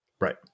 right